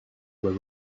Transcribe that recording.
were